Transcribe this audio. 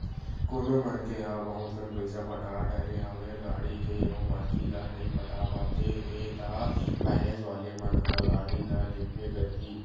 कोनो मनखे ह बहुत कन पइसा पटा डरे हवे गाड़ी के अउ बाकी ल नइ पटा पाते हे ता फायनेंस वाले मन ह गाड़ी ल लेगबे करही